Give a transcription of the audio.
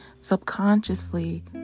subconsciously